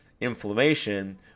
inflammation